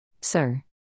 Sir